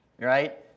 Right